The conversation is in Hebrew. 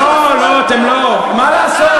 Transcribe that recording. היינו, אתם לא, מה לעשות.